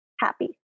happy